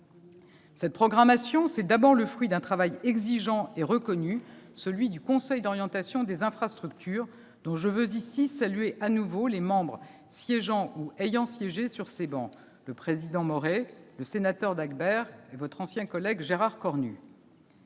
Cette programmation, c'est d'abord le fruit d'un travail exigeant et reconnu, celui du Conseil d'orientation des infrastructures, dont je veux de nouveau saluer ici les membres siégeant ou ayant siégé sur ces travées : le président Maurey, le sénateur Dagbert et votre ancien collègue Gérard Cornu.